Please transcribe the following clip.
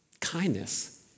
Kindness